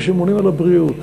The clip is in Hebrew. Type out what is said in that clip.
מי שממונים על הבריאות,